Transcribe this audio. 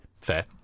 Fair